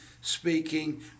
speaking